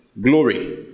glory